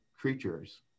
creatures